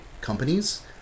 companies